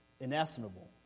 inestimable